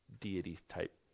deity-type